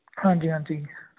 ਹਾਂਜੀ ਹਾਂਜੀ